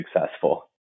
successful